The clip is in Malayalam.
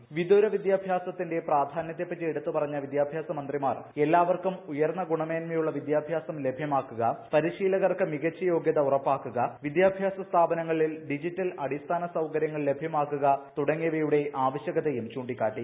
്വിദൂരവിദ്യാഭ്യാസത്തിന്റെ പ്രാധാന്യത്തെപ്പറ്റി എടുത്തുപ്പറ്റഞ്ഞ് വിദ്യാഭ്യാസ മന്ത്രിമാർ എല്ലാവർക്കും ഉയർന്ന ഗുണമേന്മയുള്ള വിദ്യാഭ്യാസം ലഭ്യമാക്കുക പരിശീലകർക്ക് മികച്ച ്യോഗ്യത ഉറപ്പാക്കുക വിദ്യാഭ്യാസ സ്ഥാപനങ്ങളിൽ ഡിജിറ്റൽ അടിസ്ഥാന സൌകര്യങ്ങൾ ലഭ്യമാക്കുക തുടങ്ങിയവയുടെ ആവിശ്യക്തയും ചൂിക്കാട്ടി